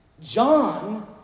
John